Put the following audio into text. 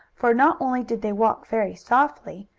for not only did they walk very softly,